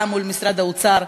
גם מול משרד האוצר,